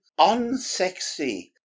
unsexy